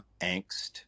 angst